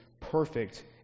perfect